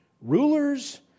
rulers